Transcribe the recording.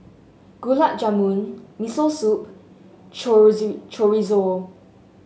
Gulab Jamun Miso Soup Chorizo